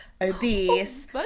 obese